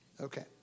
Okay